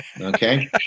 Okay